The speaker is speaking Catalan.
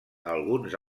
alguns